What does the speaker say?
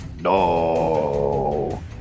No